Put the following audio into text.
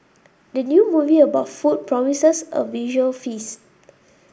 the new movie about food promises a visual feast